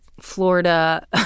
Florida